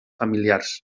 familiars